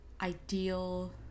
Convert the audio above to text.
ideal